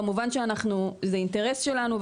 כמובן שזה אינטרס שלנו,